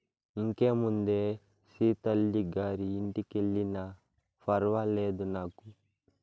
ఇంకేముందే సీతల్లి గారి ఇంటికెల్లినా ఫర్వాలేదు నాకు